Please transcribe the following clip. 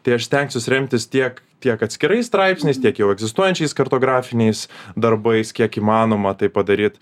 tai aš stengsiuos remtis tiek tiek atskirais straipsniais tiek jau egzistuojančiais kartografiniais darbais kiek įmanoma tai padaryt